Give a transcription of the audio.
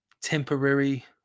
temporary